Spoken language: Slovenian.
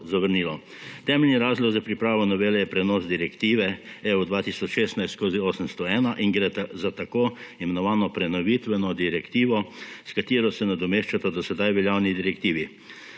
Temeljni razlog za pripravo novele je prenos direktive EU 2016/801 in gre za tako imenovano prenovitveno direktivo, s katero se nadomeščata do sedaj veljavni direktivi.